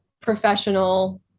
professional